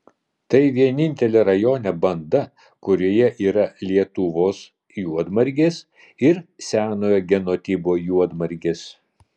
tai vienintelė rajone banda kurioje yra lietuvos juodmargės ir senojo genotipo juodmargės